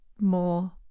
more